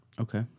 Okay